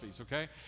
okay